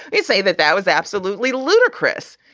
they say that that was absolutely ludicrous,